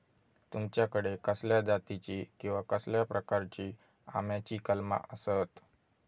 तुमच्याकडे कसल्या जातीची किवा कसल्या प्रकाराची आम्याची कलमा आसत?